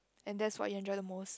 and that's what you enjoy the most